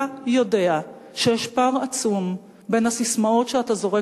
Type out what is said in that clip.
אתה יודע שיש פער עצום בין הססמאות שאתה זורק